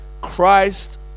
Christ